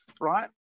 right